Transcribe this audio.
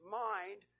mind